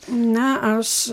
na aš